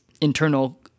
internal